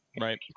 Right